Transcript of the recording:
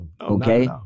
okay